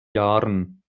jahren